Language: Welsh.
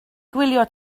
gwylio